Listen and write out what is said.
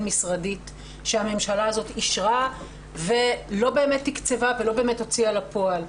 משרדית שהממשלה הזו אישרה ולא באמת תקצבה ולא באמת הוציאה לפועל.